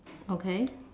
okay